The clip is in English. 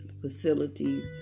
facility